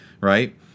right